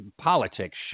politics